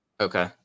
Okay